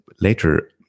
later